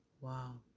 Wow